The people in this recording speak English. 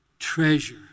treasure